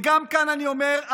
וגם כאן אני אומר,